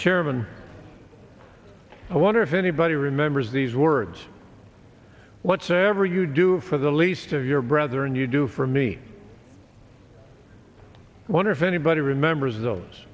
chairman i wonder if anybody remembers these words whatsoever you do for the least of your brother and you do for me wonder if anybody remembers those